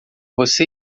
você